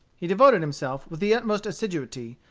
he devoted himself with the utmost assiduity,